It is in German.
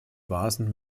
vasen